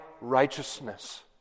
righteousness